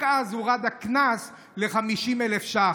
רק אז הורד הקנס ל-50,000 ש"ח.